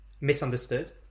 misunderstood